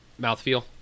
mouthfeel